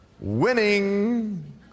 winning